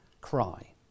cry